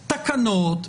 תקנות,